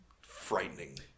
frightening